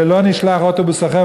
ולא נשלח אוטובוס אחר.